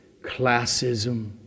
classism